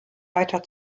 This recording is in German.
weiter